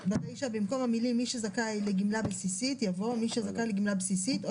במקום המילים "מי שזכאי לגמלה בסיסית" יבוא "מי שזכאי לגמלה בסיסית או